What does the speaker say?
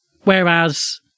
Whereas